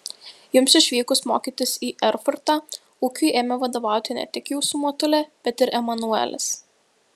jums išvykus mokytis į erfurtą ūkiui ėmė vadovauti ne tik jūsų motulė bet ir emanuelis